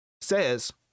says